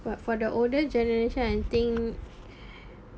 but for the older generation I think